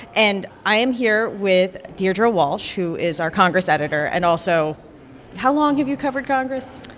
and i am here with deirdre walsh, who is our congress editor and also how long have you covered congress?